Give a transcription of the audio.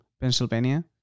Pennsylvania